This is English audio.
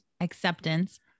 acceptance